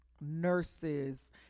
nurses